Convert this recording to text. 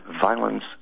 violence